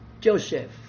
Joseph